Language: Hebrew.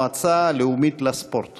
לא קבעת אסטרטגיה, לא התווית